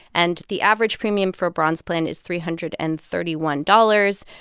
and the average premium for a bronze plan is three hundred and thirty one dollars.